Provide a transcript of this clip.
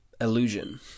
illusion